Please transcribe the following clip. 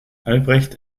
albrecht